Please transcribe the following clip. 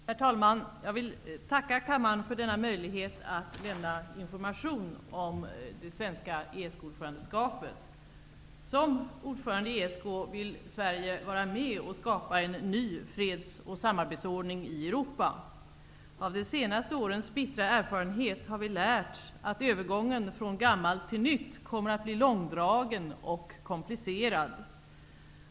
Herr talman! Jag vill tacka kammaren för denna möjlighet att lämna information om det svenska ESK-ordförandeskapet. Som ordförande i ESK vill Sverige vara med och skapa en ny freds och samarbetsordning i Europa. Av de senaste årens bittra erfarenhet har vi lärt att övergången från gammalt till nytt kommer att bli långdragen och komplicerad.